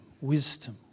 wisdom